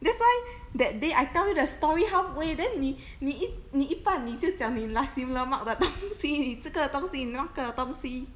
that's why that day I tell you the story halfway then 你你一你一半就讲你 nasi lemak 的东西你这个东西你那个东西:de dong xi ni zhe ge dong xi na ge dong xi